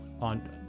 on